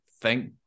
thank